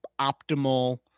optimal